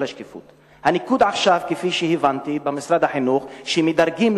הניקוד שלפיו מדרגים